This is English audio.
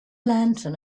lantern